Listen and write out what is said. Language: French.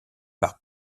par